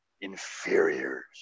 inferiors